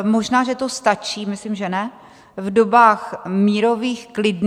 Možná že to stačí myslím, že ne v dobách mírových, klidných.